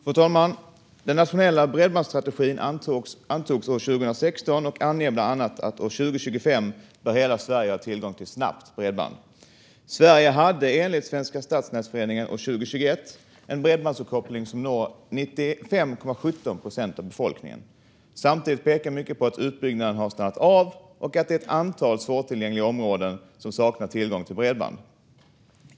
Fru talman! Den nationella bredbandsstrategin antogs 2016 och anger bland annat att 2025 bör hela Sverige ha tillgång till snabbt bredband. Sverige hade enligt Svenska Stadsnätsföreningen 2021 en bredbandsuppkoppling som når 95,17 procent av befolkningen. Samtidigt pekar mycket på att utbyggnaden har stannat av och att ett antal svårtillgängliga områden saknar tillgång till bredband.